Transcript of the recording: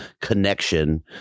connection